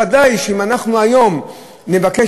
ודאי שאם היום אנחנו נבקש,